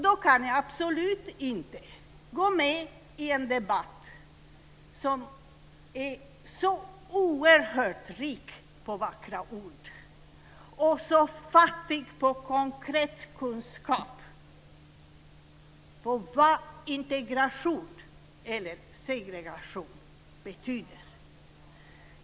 Då kan jag absolut inte gå med i en debatt som är så oerhört rik på vackra ord och så fattig på konkret kunskap om vad integration eller segregation betyder.